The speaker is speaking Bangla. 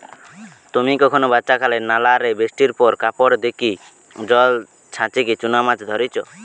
তুমি কখনো বাচ্চাকালে নালা রে বৃষ্টির পর কাপড় দিকি জল ছাচিকি চুনা মাছ ধরিচ?